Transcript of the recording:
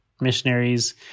Missionaries